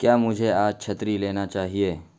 کیا مجھے آج چھتری لینا چاہیے